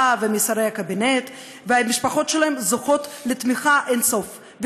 ומשרי הקבינט והמשפחות שלהם זוכות לתמיכה אין-סופית,